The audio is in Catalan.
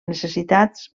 necessitats